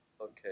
Okay